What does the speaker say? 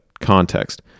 context